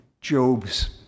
Job's